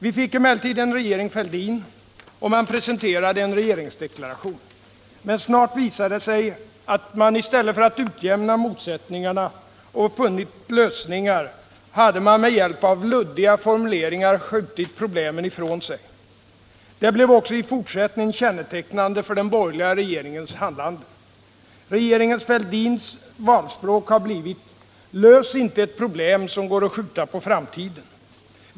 Vi fick emellertid en regering Fälldin, och man presenterade en regeringsdeklaration. Men snart visade det sig att man i stället för att ha utjämnat motsättningarna och funnit lösningar hade skjutit problemen framför sig med hjälp av luddiga formuleringar. Detta blev också i fortsättningen kännetecknande för den borgerliga regeringens handlande. Regeringen Fälldins valspråk har blivit: Lös inte ett problem som går att skjuta på framtiden!